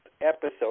episode